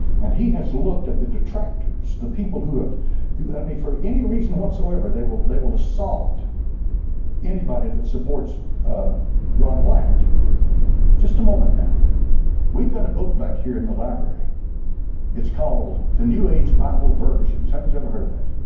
and he has looked at the detractors the people who have led me for any reason whatsoever. they will they will assault anybody that supports ron wyatt just a moment now we've got a book back here in the library it's called the new age bible versions. have you ever heard of that?